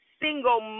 single